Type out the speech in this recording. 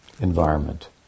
environment